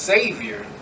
Savior